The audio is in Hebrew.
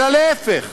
אלא להפך,